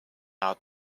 out